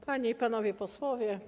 Panie i Panowie Posłowie!